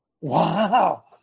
wow